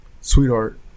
Sweetheart